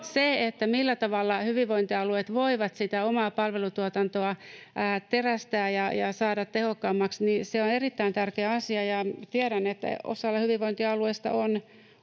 Se, millä tavalla hyvinvointialueet voivat sitä omaa palvelutuotantoa terästää ja saada tehokkaammaksi, on erittäin tärkeä asia, ja tiedän, että osalla hyvinvointialueista on